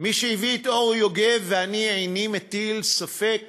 מי שהביא את אורי יוגב, ואני איני מטיל ספק